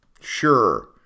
Sure